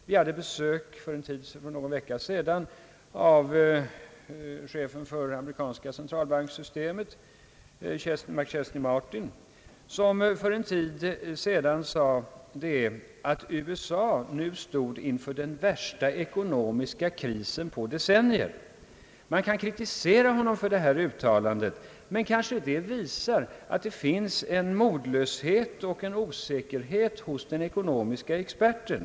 Vi hade för någon vecka sedan besök av chefen för amerikanska centralbanksystemet, Mac Chesley Martin, som sade att USA nu stod inför den värsta ekonomiska krisen under decennier. Man kan kritisera honom för detta uttalande. Det visar dock att det finns en modlöshet och en osäkerhet hos den ekonomiska experten.